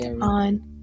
on